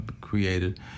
created